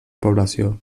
població